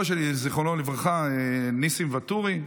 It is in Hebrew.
סבא שלי, זיכרונו לברכה, ניסים ואטורי,